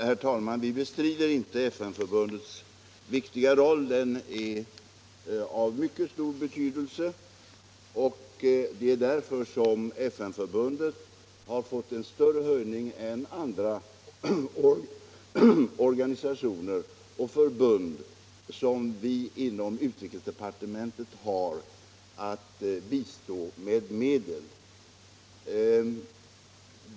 Herr talman! Vi bestrider inte FN-förbundets viktiga roll. Den är av mycket stor betydelse. Därför har FN-förbundet fått en större höjning än andra organisationer och förbund, som vi inom UD har att bistå med medel.